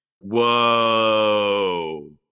whoa